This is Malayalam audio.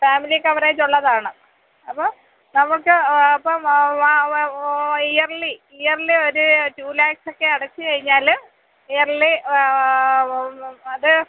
ഫാമിലി കവറേജുളളതാണ് അപ്പോൾ നമുക്ക് ഇപ്പം ഇയർലി ഇയർലി ഒരു റ്റു ലാക്ക്സൊക്കെ അടച്ചു കഴിഞ്ഞാൽ ഇയർലി അത്